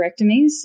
hysterectomies